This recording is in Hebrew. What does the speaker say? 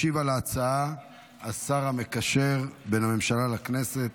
ישיב על ההצעה השר המקשר בין הממשלה לכנסת,